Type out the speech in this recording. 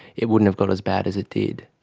it wouldn't have got as bad as it did.